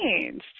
changed